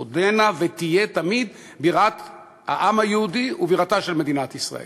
עודנה ותהיה תמיד בירת העם היהודי ובירתה של מדינת ישראל.